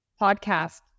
podcast